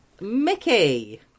Mickey